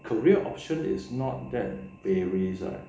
career option is not that varies ah